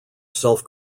self